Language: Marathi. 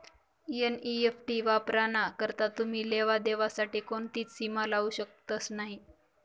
एन.ई.एफ.टी वापराना करता तुमी लेवा देवा साठे कोणतीच सीमा लावू शकतस नही